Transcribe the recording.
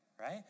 right